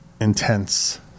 intense